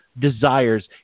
desires